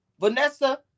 Vanessa